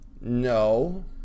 No